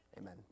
Amen